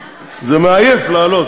31 בעד, ללא מתנגדים.